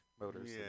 motors